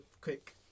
quick